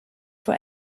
for